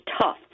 tough